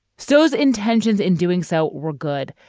stow's intentions in doing so were good,